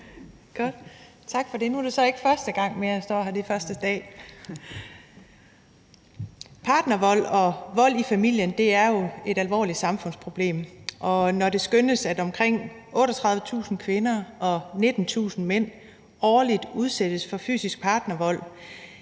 (V): Tak for det. Nu er det så ikke første gang, jeg står her, men det er første dag. Partnervold og vold i familien er jo et alvorligt samfundsproblem, og når det skønnes, at omkring 38.000 kvinder og 19.000 mænd årligt udsættes for fysisk partnervold,